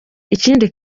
ikindi